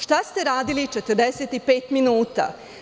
Šta ste radili 45 minuta?